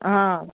आं